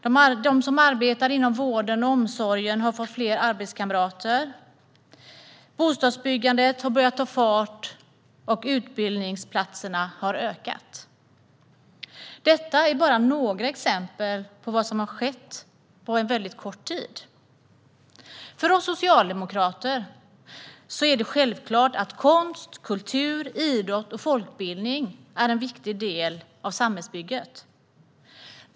De som arbetar i vården och omsorgen har fått fler arbetskamrater. Bostadsbyggandet har börjat ta fart, och utbildningsplatserna har ökat. Detta är bara några exempel på vad som har skett på kort tid. För oss socialdemokrater är det självklart att konst, kultur, idrott och folkbildning är viktiga delar av samhällsbygget.